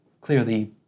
clearly